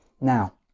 now